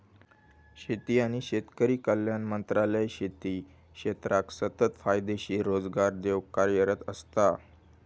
शेती आणि शेतकरी कल्याण मंत्रालय शेती क्षेत्राक सतत फायदेशीर रोजगार देऊक कार्यरत असता